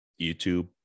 YouTube